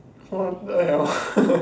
what the hell